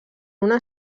una